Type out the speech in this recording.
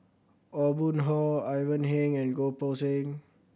Aw Boon Haw Ivan Heng and Goh Poh Seng